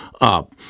up